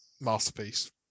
Masterpiece